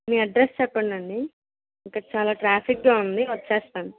మీ address చెప్పండండి ఇక్కడ చాలా ట్రాఫిక్గా ఉంది వచ్చేస్తాను